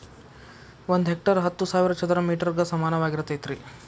ಒಂದ ಹೆಕ್ಟೇರ್ ಹತ್ತು ಸಾವಿರ ಚದರ ಮೇಟರ್ ಗ ಸಮಾನವಾಗಿರತೈತ್ರಿ